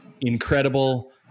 incredible